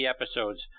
episodes